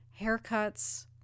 Haircuts